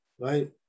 right